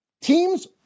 Teams